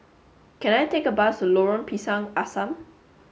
can I take a bus Lorong Pisang Asam